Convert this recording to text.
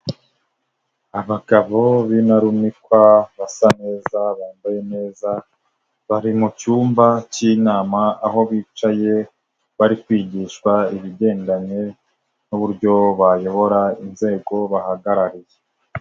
Abagabo b'intarumikwa basa neza, bambaye neza bari mu cyumba cy'ama aho bicaye bari kwigishwa ibigendanye n'uburyo bayobora inzego bahagarariye.